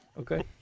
okay